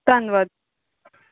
ਧੰਨਵਾਦ